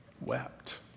wept